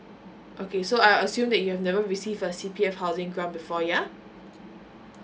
okay so I assume that you've never receive a C_P_F housing ground before ya